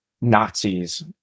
nazis